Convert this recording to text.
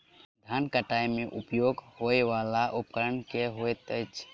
धान कटाई मे उपयोग होयवला उपकरण केँ होइत अछि?